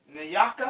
Nyaka